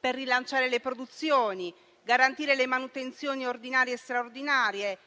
per rilanciare le produzioni, per garantire le manutenzioni ordinarie e straordinarie